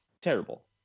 Terrible